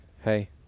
hey